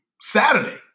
Saturday